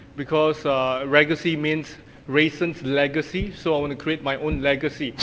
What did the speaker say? because raygacy means rayson's legacy, so, i wanna create my own legacy.